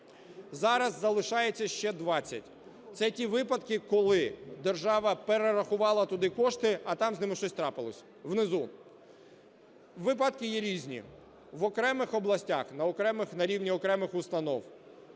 зараз залишається ще 20. Це ті випадки, коли держава перерахувала туди кошти, а там з ними щось трапилось внизу. Випадки є різні. В окремих областях, на рівні окремих установ